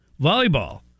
volleyball